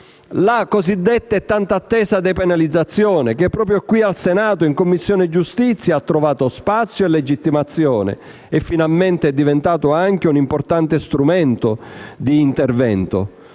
la cosiddetta e tanto attesa depenalizzazione che, proprio al Senato, in Commissione giustizia ha trovato spazio e legittimazione e finalmente è diventata anche un importante strumento di intervento;